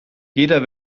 jeder